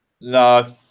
No